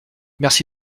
merci